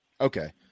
Okay